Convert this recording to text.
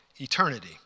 eternity